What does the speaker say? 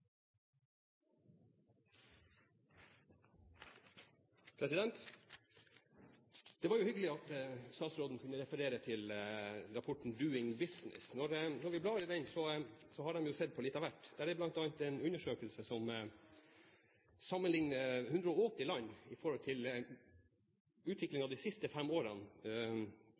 Norge. Det var hyggelig at statsråden kunne referere til rapporten Doing Business. Når vi blar i den, ser vi at de har sett på litt av hvert. Det er bl.a. en undersøkelse som sammenligner utviklingen i 180 land de siste fem årene